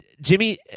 jimmy